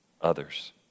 others